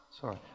Sorry